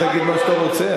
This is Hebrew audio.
תגיד מה שאתה רוצה.